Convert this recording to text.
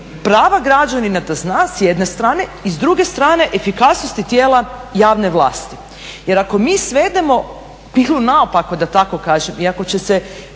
prava građanina da zna s jedne strane, i s druge strane efikasnosti tijela javne vlasti. Jer ako mi svedemo bilo naopako da tako kažem, iako će,